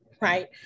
right